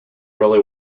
really